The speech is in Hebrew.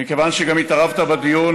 ומכיוון שגם התערבת בדיון,